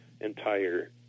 entire